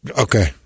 okay